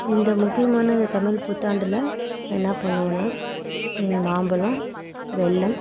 இந்த முக்கியமானது தமிழ் புத்தாண்டில் என்ன பண்ணுவோம்னா மாம்பழம் வெல்லம்